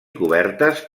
cobertes